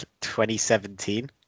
2017